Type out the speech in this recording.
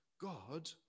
God